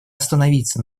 остановиться